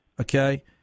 Okay